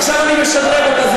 עכשיו אני משדרג אותה,